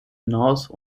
hinaus